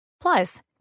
Plus